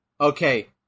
Okay